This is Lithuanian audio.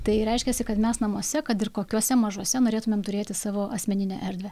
tai reiškiasi kad mes namuose kad ir kokiuose mažuose norėtumėmturėti savo asmeninę erdvę